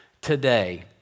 today